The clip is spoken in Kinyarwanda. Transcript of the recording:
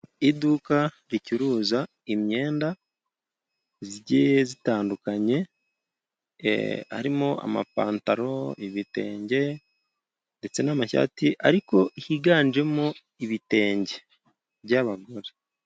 Iduka ricuruza imyenda igiye itandukanye ,harimo amapantaro, ibitenge, ndetse n'amashati ariko higanjemo ibitenge by'abagore.